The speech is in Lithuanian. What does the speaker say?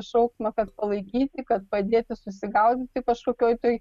šauksmą kad palaikyti kad padėti susigaudyti kažkokioj toj